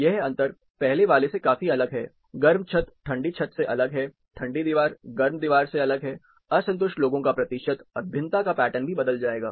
यह अंतर पहले वाले से काफी अलग है गर्म छत ठंडी छत से अलग है ठंडी दीवार गर्म दीवार से अलग है असंतुष्ट लोगो का प्रतिशत और भिन्नता का पैटर्न भी बदल जाएगा